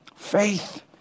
faith